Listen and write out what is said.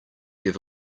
give